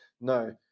No